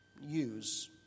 use